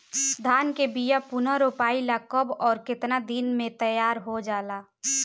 धान के बिया पुनः रोपाई ला कब और केतना दिन में तैयार होजाला?